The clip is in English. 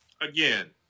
Again